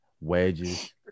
wedges